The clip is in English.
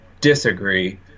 disagree